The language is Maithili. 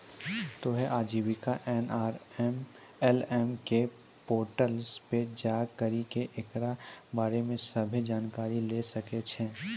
तोहें आजीविका एन.आर.एल.एम के पोर्टल पे जाय करि के एकरा बारे मे सभ्भे जानकारी लै सकै छो